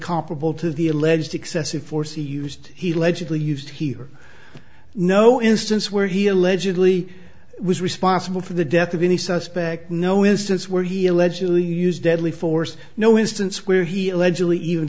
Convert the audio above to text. comparable to the alleged excessive force he used he legibly used here no instance where he allegedly was responsible for the death of any suspect no instance where he allegedly used deadly force no instance where he allegedly